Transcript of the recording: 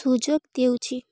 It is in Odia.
ସୁଯୋଗ ଦେଉଛି